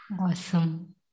Awesome